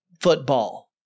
football